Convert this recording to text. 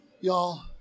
Y'all